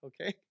okay